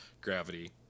Gravity